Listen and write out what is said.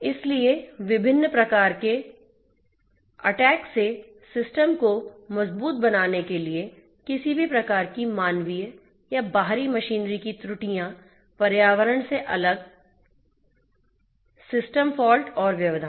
इसलिए विभिन्न प्रकार के अटैक से सिस्टम को मजबूत बनाने के लिए किसी भी प्रकार की मानवीय या बाहरी मशीनरी की त्रुटियां पर्यावरण से अलग सिस्टम फॉल्ट और व्यवधान